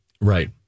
Right